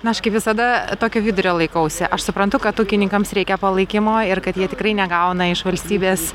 na aš kaip visada tokio vidurio laikausi aš suprantu kad ūkininkams reikia palaikymo ir kad jie tikrai negauna iš valstybės